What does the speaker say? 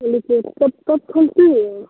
चलिए ठीक कब कब खुलते है ये